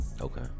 Okay